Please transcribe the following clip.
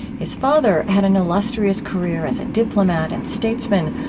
his father had an illustrious career as a diplomat and statesman,